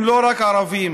הם לא רק ערבים,